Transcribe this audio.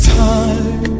time